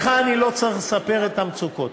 כי לא רק בקריית-ביאליק אלא בכלל במפרץ